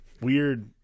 weird